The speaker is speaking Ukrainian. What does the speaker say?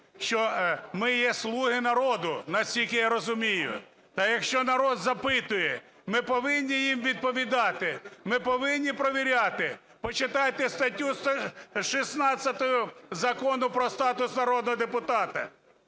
що ми є слуги народу, наскільки я розумію. Та якщо народ запитує, ми повинні їм відповідати, ми повинні провіряти. Почитайте статтю 116 Закону про статус народного депутата.